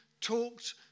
talked